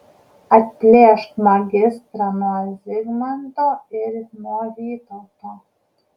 atplėšk magistrą nuo zigmanto ir nuo vytauto